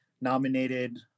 nominated